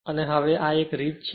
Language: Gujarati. તેથી હવે આ એક રીત છે